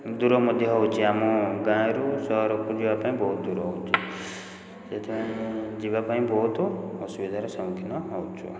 ଦୂର ମଧ୍ୟ ହେଉଛି ଆମ ଗାଁରୁ ସହରକୁ ଯିବାପାଇଁ ବହୁତ ଦୂର ହେଉଛି ସେଥିପାଇଁ ଯିବାପାଇଁ ବହୁତ ଅସୁବିଧାର ସମ୍ମୁଖୀନ ହେଉଛୁ